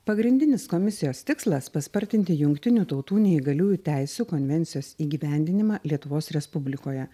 pagrindinis komisijos tikslas paspartinti jungtinių tautų neįgaliųjų teisių konvencijos įgyvendinimą lietuvos respublikoje